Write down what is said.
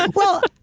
like well,